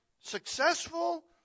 Successful